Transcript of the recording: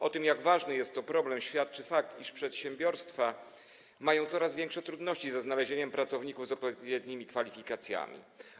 O tym, jak ważny jest to problem, świadczy fakt, iż przedsiębiorstwa mają coraz większe trudności ze znalezieniem pracowników z odpowiednimi kwalifikacjami.